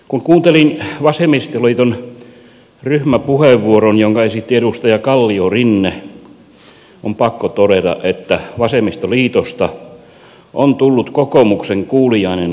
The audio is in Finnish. kun kuuntelin vasemmistoliiton ryhmäpuheenvuoron jonka esitti edustaja kalliorinne on pakko todeta että vasemmistoliitosta on tullut kokoomuksen kuuliainen palvelija